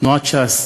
תנועת ש"ס